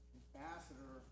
ambassador